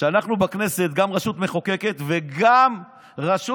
שאנחנו בכנסת גם רשות מחוקקת וגם רשות